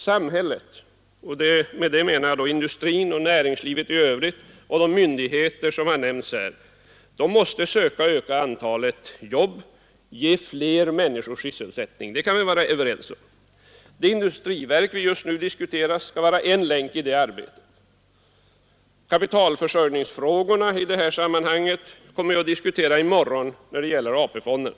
Samhället — dvs. industrin, näringslivet i övrigt och de myndigheter som här har nämnts — måste öka antalet jobb, ge fler människor sysselsättning; det kan vi vara överens om. Det industriverk vi just nu diskuterar skall vara en länk i det arbetet. Kapitalförsörjningsfrågorna i detta sammanhang kommer vi att diskutera i morgondagens debatt om AP-fonderna.